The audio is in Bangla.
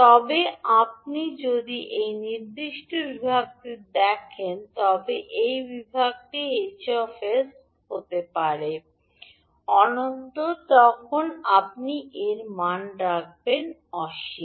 তবে আপনি যদি এই নির্দিষ্ট বিভাগটি দেখেন তবে এই বিভাগটি 𝐻 𝑠 হতে পারে অনন্ত যখন আপনি এর মান রাখেন অসীম